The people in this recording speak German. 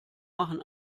machen